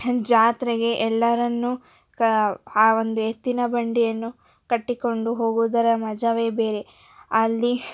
ಜಾತ್ರೆಗೆ ಎಲ್ಲರನ್ನು ಕಾ ಆ ಒಂದು ಎತ್ತಿನ ಬಂಡಿಯನ್ನು ಕಟ್ಟಿಕೊಂಡು ಹೋಗುವುದರ ಮಜವೇ ಬೇರೆ ಅಲ್ಲಿ